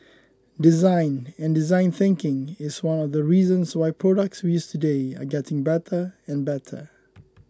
design and design thinking is one of the reasons why products we use today are getting better and better